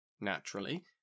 Naturally